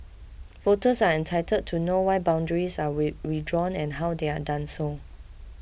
voters are entitled to know why boundaries are redrawn and how they are done so